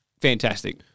fantastic